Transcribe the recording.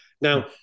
Now